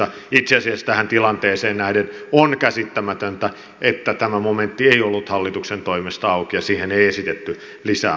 itse asiassa tähän tilanteeseen nähden on käsittämätöntä että tämä momentti ei ollut hallituksen toimesta auki ja siihen ei esitetty lisää määrärahoja